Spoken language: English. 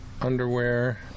underwear